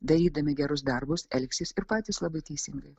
darydami gerus darbus elgsis ir patys labai teisingai